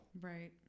Right